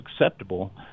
acceptable